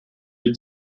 les